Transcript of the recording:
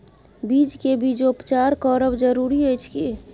बीज के बीजोपचार करब जरूरी अछि की?